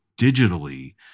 digitally